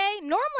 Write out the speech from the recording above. Normally